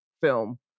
film